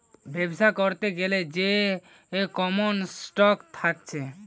বেবসা করতে গ্যালে যে কমন স্টক থাকছে